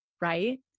right